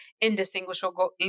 indistinguishable